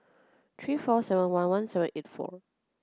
three four seven one one seven eight four